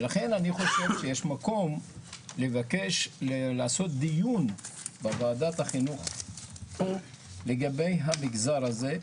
ולכן אני חושב שיש מקום לבקש לעשות דיון בוועדת החינוך לגבי המגזר הזה.